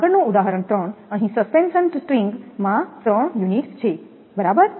તેથી આગળનું ઉદાહરણ 3 અહીં સસ્પેન્શન સ્ટ્રિંગમાં ત્રણ યુનિટ છે બરાબર